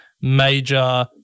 major